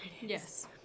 Yes